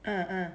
uh uh